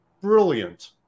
brilliant